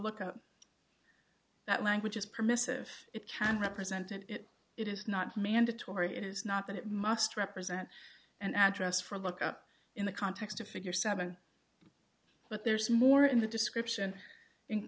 look at that language is permissive it can represent it it is not mandatory it is not that it must represent an address for a look up in the context of figure seven but there's more in the description in